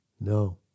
No